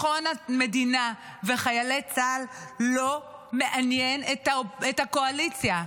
ביטחון המדינה וחיילי צה"ל לא מעניין את הקואליציה.